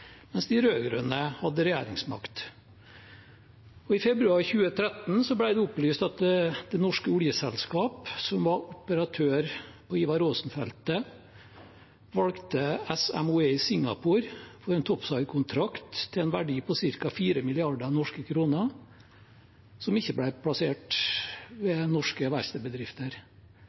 mens de rød-grønne hadde regjeringsmakt. Og i februar 2013 ble det opplyst at Det norske oljeselskap, som var operatør på Ivar Aasen-feltet, valgte SMOE i Singapore for en topside-kontrakt til en verdi av ca. 4 mrd. norske kroner, som ikke ble plassert ved norske